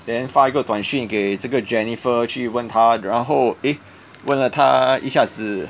then 发一个短讯给这个 jennifer 去问她然后 eh 问了她一下子